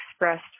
expressed